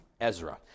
Ezra